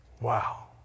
Wow